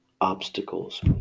obstacles